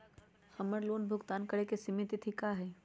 हमर लोन भुगतान करे के सिमित तिथि का हई?